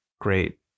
great